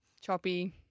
Choppy